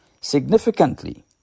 significantly